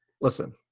listen